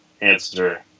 answer